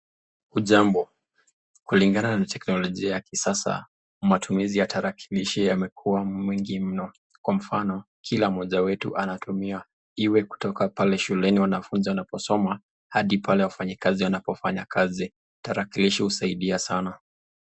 Hujambo? Kulingana na teknolojia ya kisasa matumizi ya tarakilishi imekua mengi mno kwa mfano kila moja wetu anatumia iwe kutoka pale shuleni wanafunzi wanapo soma hadi wafanyikazi wanapo fanya kazi tarakilishi husaidia sana.